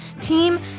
team